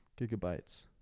gigabytes